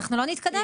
אנחנו לא נתקדם ככה.